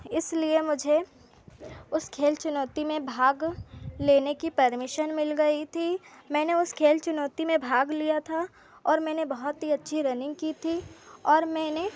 इसलिए मुझे उस खेल चुनौती में भाग लेने कि परमिशन मिल गई थी मैंने उस खेल चुनौती में भाग लिया था और मैंने बहुत ही अच्छी रनिंग कि थी और मेने